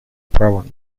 права